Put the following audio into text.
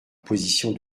position